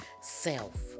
self